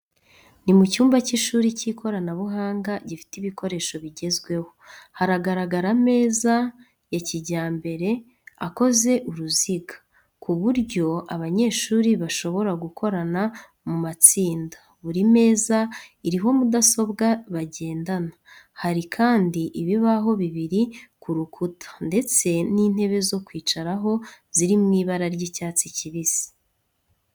Ni mu cyumba cy’ishuri cy’ikoranabuhanga gifite ibikoresho bigezweho. Haragaragara ameza ya kijyambere akoze uruziga, ku buryo abanyeshuri bashobora gukorana mu matsinda. Buri meza iriho mudasobwa bagendana. Hari kandi ibibaho bibiri ku rukuta ndetse n'intebe zo kwicaraho ziri mu ibara ry'icyatsi kibisi.